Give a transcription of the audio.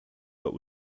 but